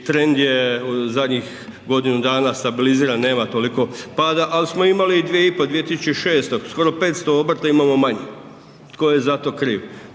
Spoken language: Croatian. trend je zadnjih godinu dana stabiliziran, nema toliko pada, ali smo imali 2,5, 2006 skoro 500 imamo manje. Tko je za to kriv?